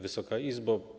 Wysoka Izbo!